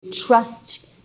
trust